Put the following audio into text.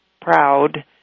proud